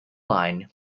line